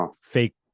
fake